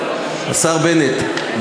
השר בנט,